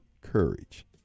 courage